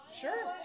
Sure